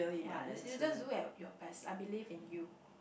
ya you you just do at your best I believe in you